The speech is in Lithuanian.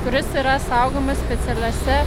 kuris yra saugomas specialiose